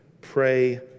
Pray